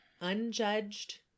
unjudged